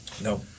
No